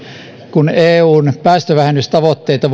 kun eun päästövähennystavoitteita